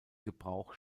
gebrauch